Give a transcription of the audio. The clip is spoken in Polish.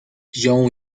wziął